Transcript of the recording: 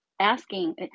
Asking